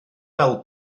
fel